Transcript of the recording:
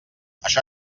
això